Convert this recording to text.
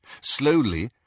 Slowly